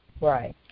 Right